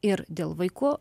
ir dėl vaikų